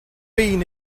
bean